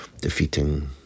defeating